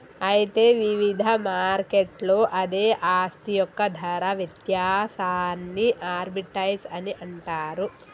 అయితే వివిధ మార్కెట్లలో అదే ఆస్తి యొక్క ధర వ్యత్యాసాన్ని ఆర్బిటౌజ్ అని అంటారు